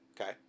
okay